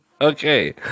Okay